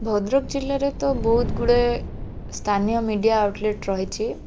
ଭଦ୍ରକ ଜିଲ୍ଲାରେ ତ ବହୁତ ଗୁଡ଼େ ସ୍ଥାନୀୟ ମିଡ଼ିଆ ଆଉଟଲେଟ୍ ରହିଛି